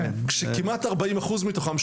כשכמעט ארבעים אחוז מתוכם,